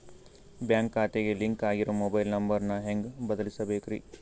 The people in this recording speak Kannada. ಬ್ಯಾಂಕ್ ಖಾತೆಗೆ ಲಿಂಕ್ ಆಗಿರೋ ಮೊಬೈಲ್ ನಂಬರ್ ನ ಹೆಂಗ್ ಬದಲಿಸಬೇಕ್ರಿ?